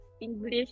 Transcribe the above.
English